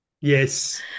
Yes